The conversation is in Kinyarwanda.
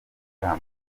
ikamba